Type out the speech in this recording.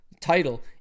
title